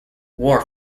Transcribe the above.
war